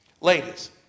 Ladies